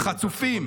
חצופים.